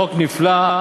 חוק נפלא.